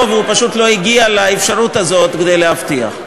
והוא פשוט לא הגיע לאפשרות הזאת כדי להבטיח.